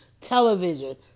television